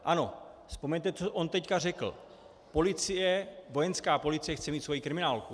Ano, vzpomeňte, co on teď řekl policie, Vojenská policie chce mít svoji kriminálku.